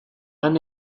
han